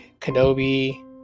Kenobi